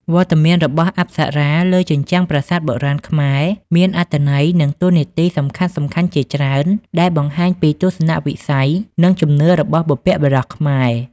វត្តមានរបស់អប្សរាលើជញ្ជាំងប្រាសាទបុរាណខ្មែរ មានអត្ថន័យ និងតួនាទីសំខាន់ៗជាច្រើន ដែលបង្ហាញពីទស្សនៈវិស័យ និងជំនឿរបស់បុព្វបុរសខ្មែរ។